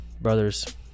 brothers